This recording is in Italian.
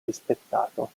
rispettato